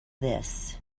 this